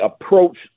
approach